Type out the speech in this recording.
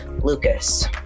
Lucas